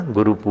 Guru